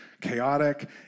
chaotic